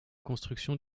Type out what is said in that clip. construction